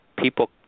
People